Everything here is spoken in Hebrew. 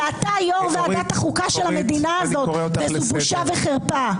ואתה יו"ר ועדת החוקה של המדינה הזאת וזו בושה וחרפה.